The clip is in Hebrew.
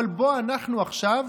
אבל בוא אנחנו עכשיו